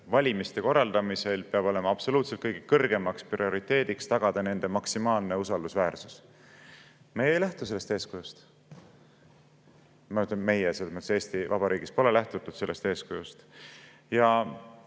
valimiste korraldamisel peab olema absoluutselt kõige kõrgemaks prioriteediks tagada nende maksimaalne usaldusväärsus. Meie ei lähtu sellest eeskujust. Ma ütlen, et meie, selles mõttes, et Eesti Vabariigis pole lähtutud sellest eeskujust.